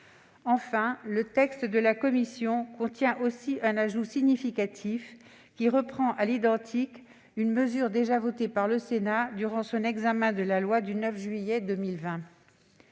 Enfin, le texte de la commission contient aussi un ajout significatif, qui reprend à l'identique une mesure déjà votée par le Sénat durant son examen de la loi du 9 juillet 2020.